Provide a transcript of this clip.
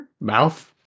mouth